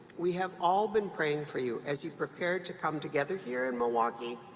we have all been praying for you as you prepared to come together here in milwaukee,